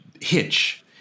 hitch